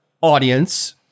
audience